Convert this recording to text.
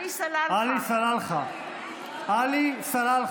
נגד בצלאל סמוטריץ' בעד אוסאמה סעדי,